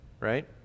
right